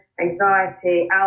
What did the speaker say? Anxiety